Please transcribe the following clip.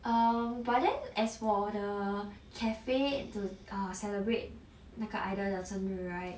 err but then as for the cafe to err celebrate 那个 idol 的生日 right